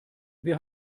wir